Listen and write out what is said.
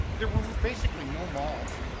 there were basically no malls.